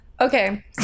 okay